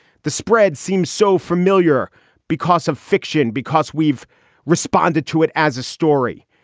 the spread seems so familiar because of fiction, because we've responded to it as a story.